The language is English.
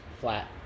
flat